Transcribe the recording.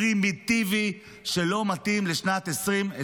פרימיטיבי ולא מתאים לשנת 2024,